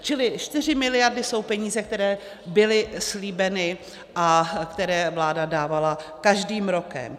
Čili 4 mld. jsou peníze, které byly slíbeny a které vláda dávala každým rokem.